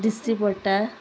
दिश्टी पडटा